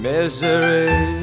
Misery